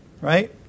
right